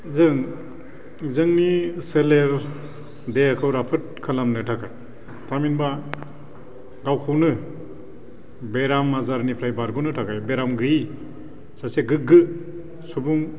जों जोंनि सोलेर देहाखौ राफोद खालामनो थाखाय थामहिनबा गावखौनो बेराम आजारनिफ्राय बारगनो थाखाय बेराम गैयै सासे गोग्गो सुबुं